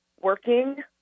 working